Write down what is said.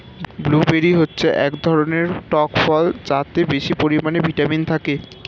blueberry হচ্ছে এক ধরনের টক ফল যাতে বেশি পরিমাণে ভিটামিন থাকে